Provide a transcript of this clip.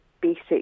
basic